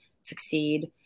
succeed